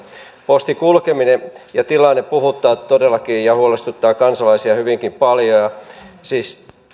postin kulkeminen ja tilanne puhuttaa todellakin ja huolestuttaa kansalaisia hyvinkin paljon